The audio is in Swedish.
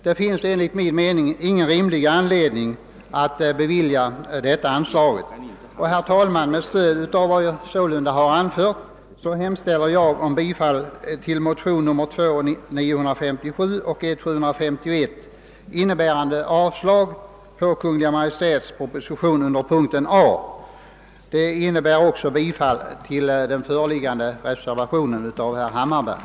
Det finns enligt min mening ingen rimlig anledning att bevilja detta anslag. Herr talman! Med stöd av vad jag sålunda har anfört hemställer jag om bifall till motionerna I: 751 och II: 957, innebärande avslag på Kungl. Maj:ts proposition under mom. A och bifall till reservationen vid mom. A av herrar Erik Jansson och Hammarberg.